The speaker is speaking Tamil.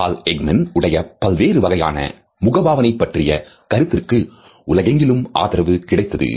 Paul Ekman உடைய பல்வேறு வகையான முகபாவனை பற்றிய கருத்திற்கு உலகெங்கிலும் ஆதரவு கிடைத்தது